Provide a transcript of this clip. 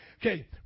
Okay